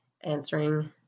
answering